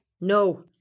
No